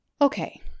Okay